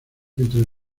entre